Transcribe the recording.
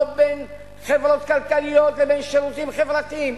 לא בין חברות כלכליות לבין שירותים חברתיים,